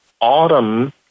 Autumn